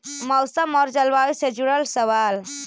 मौसम और जलवायु से जुड़ल सवाल?